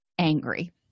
angry